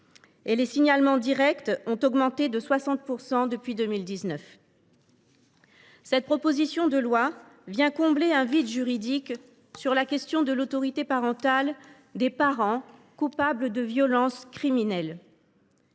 et les signalements directs ont augmenté de 60 % depuis 2019. Cette proposition de loi comble un vide juridique en matière d’autorité parentale des parents coupables de violences criminelles.